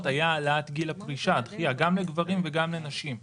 היה העלאת גיל הפרישה גם לגבים וגם לנשים.